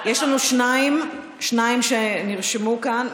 יש לנו שניים שנרשמו כאן.